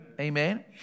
amen